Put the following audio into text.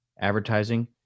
advertising